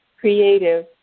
creative